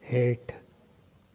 हेठि